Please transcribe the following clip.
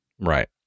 Right